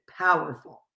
powerful